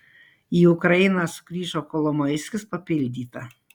į ukrainą sugrįžo kolomoiskis papildyta